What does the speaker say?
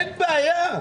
אין בעיה.